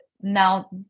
now